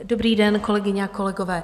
Dobrý den, kolegyně a kolegové.